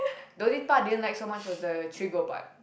the only part I didn't like so much was the trigo part